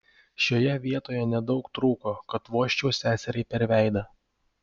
šioje vietoje nedaug trūko kad vožčiau seseriai per veidą